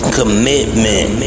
commitment